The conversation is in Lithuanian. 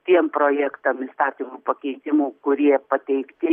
tiem projektam įstatymų pakeitimų kurie pateikti